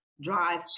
drive